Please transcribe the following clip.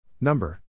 Number